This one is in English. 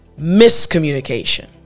miscommunication